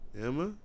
Emma